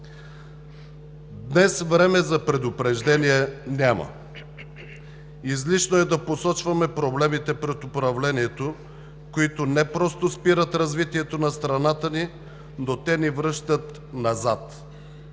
Днес време за предупреждение няма. Излишно е да посочваме проблемите пред управлението, които не просто спират развитието на страната ни, но те ни връщат назад.